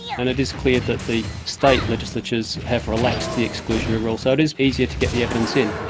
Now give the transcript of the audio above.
and it is clear that the state legislatures have relaxed the exclusionary rule. so it is easier to get the evidence in.